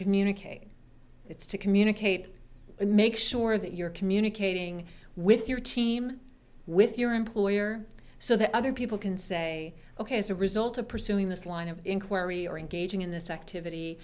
communicate it's to communicate and make sure that you're communicating with your team with your employer so the other people can say ok as a result of pursuing this line of inquiry or engaging in this activity